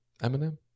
Eminem